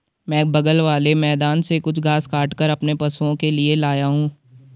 मैं बगल वाले मैदान से कुछ घास काटकर अपने पशुओं के लिए लाया हूं